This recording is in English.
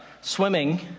swimming